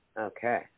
Okay